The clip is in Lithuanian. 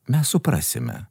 mes suprasime